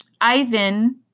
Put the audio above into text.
Ivan